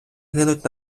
гинуть